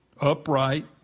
Upright